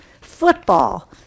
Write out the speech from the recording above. football